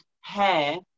hair